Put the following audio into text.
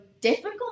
difficult